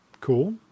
cool